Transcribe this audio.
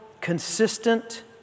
consistent